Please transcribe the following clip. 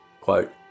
quote